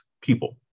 people